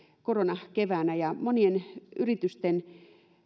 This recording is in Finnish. koronakeväänä ja monien yritysten